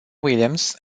williams